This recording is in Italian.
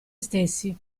stessi